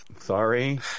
Sorry